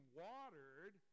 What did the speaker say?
watered